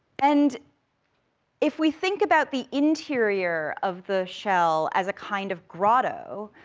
and if we think about the interior of the shell as a kind of grotto,